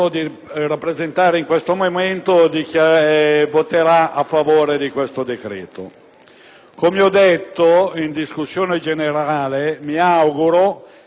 Come ho detto in discussione generale, mi auguro che quanto prima il Senato della Repubblica esamini un disegno di legge per la casa.